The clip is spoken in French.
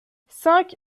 cinq